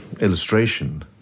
illustration